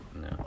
No